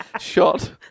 Shot